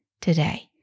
today